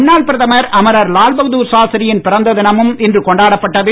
முன்னாள் பிரதமர் அமரர் லால்பகதார் சாஸ்திரியின் பிறந்த தினமும் இன்று கொண்டாடப்பட்டது